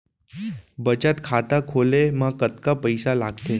बचत खाता खोले मा कतका पइसा लागथे?